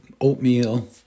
oatmeal